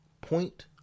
Point